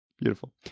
Beautiful